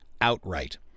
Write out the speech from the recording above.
outright